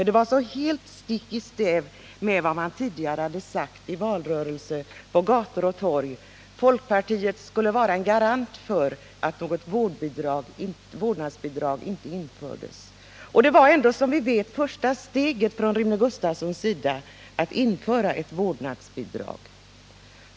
Det var så helt stick i stäv med vad man sagt i valrörelsen, på gator och torg, nämligen att folkpartiet skulle vara en garant för att något vårdnadsbidrag inte infördes. Den förlängda föräldraledigheten var som vi vet Rune Gustavssons första steg på vägen mot ett vårdnadsbidrag.